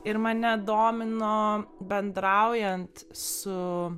ir mane domino bendraujant su